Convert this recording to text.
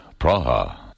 Praha